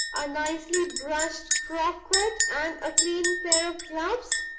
a nicely brushed frock-coat, and a clean pair of gloves?